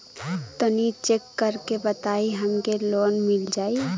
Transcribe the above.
तनि चेक कर के बताई हम के लोन मिल जाई?